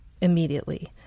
immediately